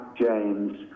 James